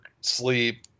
sleep